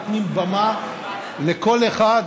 נותנים במה לכל אחד.